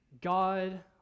God